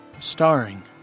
Starring